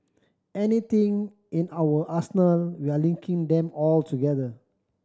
anything in our arsenal we're linking them all together